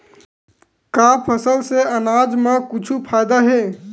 का फसल से आनाज मा कुछु फ़ायदा हे?